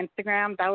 Instagram